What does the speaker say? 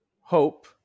Hope